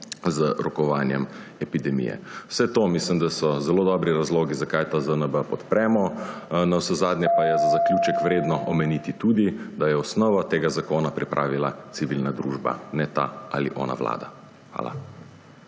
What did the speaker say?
z rokovanjem z epidemijo. Vse to mislim, da so zelo dobri razlogi, zakaj ta ZNB podpremo. Navsezadnje pa je za zaključek vredno omeniti tudi, da je osnovo tega zakona pripravila civilna družba, ne ta ali ona vlada. Hvala.